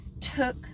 took